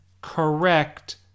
correct